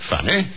Funny